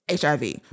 HIV